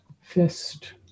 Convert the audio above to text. fist